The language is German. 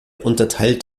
unterteilt